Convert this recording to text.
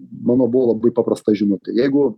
mano buvo labai paprasta žinutė jeigu